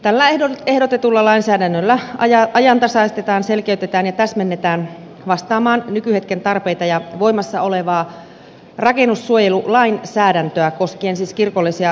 tällä ehdotetulla lainsäädännöllä ajantasaistetaan selkeytetään ja täsmennetään säännöksiä vastaamaan nykyhetken tarpeita ja voimassa olevaa rakennussuojelulain säädäntöä koskien siis kirkollisia rakennuksia